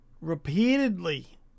repeatedly